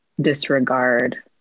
disregard